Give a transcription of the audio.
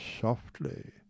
softly